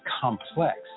complex